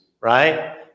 right